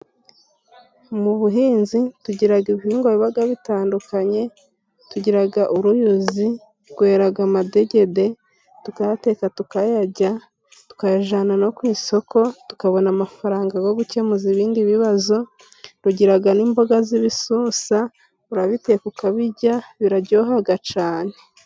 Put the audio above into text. Mu buhinzi tugira ibihingwa biba bitandukanye tugira uruyuzi rwera amadegede tukayateka, tukayarya, tukayajyana no ku isoko tukabona amafaranga yo gukemuza ibindi bibazo. Rugira n'imboga z'ibisusa urabiteka ukabirya biraryoha cyane.